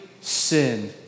sin